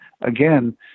again